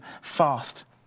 fast